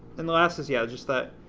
and the last is yeah, just that,